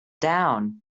down